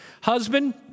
Husband